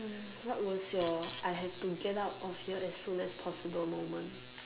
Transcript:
hmm what was your I have to get out of here as soon as possible moment